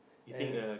and